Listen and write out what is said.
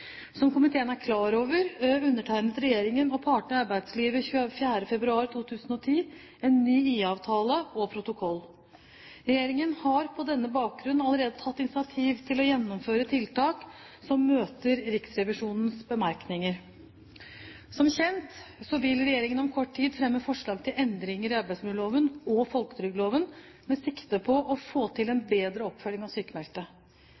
Som komiteen er klar over, undertegnet regjeringen og partene i arbeidslivet 24. februar 2010 en ny IA-avtale og protokoll. Regjeringen har på denne bakgrunn allerede tatt initiativ til å gjennomføre tiltak som møter Riksrevisjonens bemerkninger. Som kjent vil regjeringen om kort tid fremme forslag til endringer i arbeidsmiljøloven og folketrygdloven med sikte på å få til en bedre oppfølging av